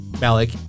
malik